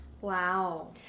Wow